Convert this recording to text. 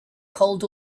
called